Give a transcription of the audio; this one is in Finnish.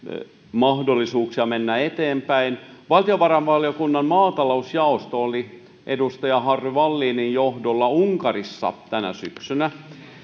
mahdollisuuksia mennä eteenpäin valtiovarainvaliokunnan maatalousjaosto oli edustaja harry wallinin johdolla unkarissa tänä syksynä